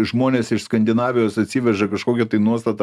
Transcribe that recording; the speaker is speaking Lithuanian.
žmonės iš skandinavijos atsiveža kažkokią tai nuostatą